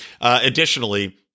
Additionally